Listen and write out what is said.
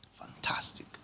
Fantastic